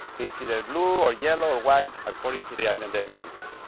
it's either blue or yellow or white according to the island they belong to,